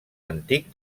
antic